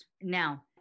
Now